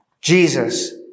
Jesus